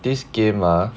this game ah